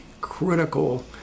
critical